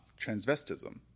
transvestism